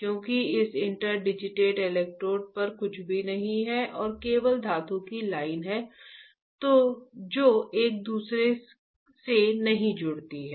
क्योंकि इस interdigitated electrode पर कुछ भी नहीं है और केवल धातु की लाइनें है जो एक दूसरे से नहीं जुड़ती हैं